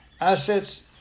assets